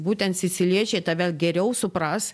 būtent siciliečiai tave geriau supras